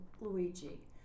Luigi